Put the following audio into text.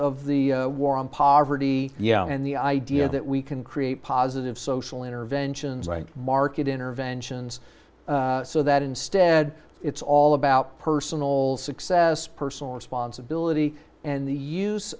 of the war on poverty yeah and the idea that we can create positive social interventions and market interventions so that instead it's all about personal success personal responsibility and the use